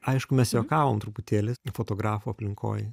aišku mes juokavom truputėlį fotografų aplinkoj